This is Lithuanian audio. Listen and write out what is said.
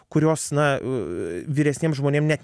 kurios na vyresniem žmonėm ne